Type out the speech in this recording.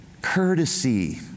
courtesy